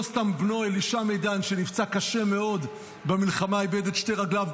לא סתם בנו אלישע מדן שנפצע קשה מאוד במלחמה איבד את שתי רגליו,